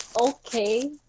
okay